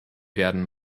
werden